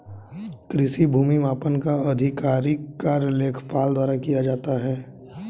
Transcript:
कृषि भूमि मापन का आधिकारिक कार्य लेखपाल द्वारा किया जाता है